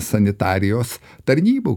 sanitarijos tarnybų